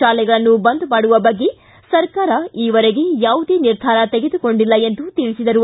ಶಾಲೆಗಳನ್ನು ಬಂದ್ ಮಾಡುವ ಬಗ್ಗೆ ಸರ್ಕಾರ ಈವರೆಗೆ ಯಾವುದೇ ನಿರ್ಧಾರ ತೆಗೆದುಕೊಂಡಿಲ್ಲ ಎಂದು ತಿಳಿಸಿದರು